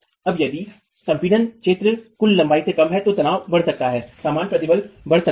अब यदि संपीड़ित क्षेत्र कुल लंबाई से कम है तो तनाव बढ़ सकता है सामान्य प्रतिबल बढ़ सकता है